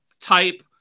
type